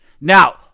Now